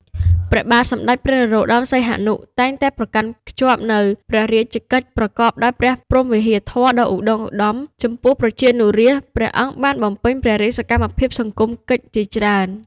ព្រះបាទសម្ដេច ព្រះនរោត្ដម សីហនុ តែងតែប្រកាន់ខ្ជាប់នូវព្រះរាជកិច្ចប្រកបដោយព្រះព្រហ្មវិហារធម៌ដ៏ឧត្ដុង្គឧត្ដមចំពោះប្រជានុរាស្ត្រ ព្រះអង្គបានបំពេញព្រះរាជសកម្មភាពសង្គមកិច្ចជាច្រើន។